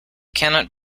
cannot